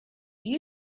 you